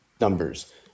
numbers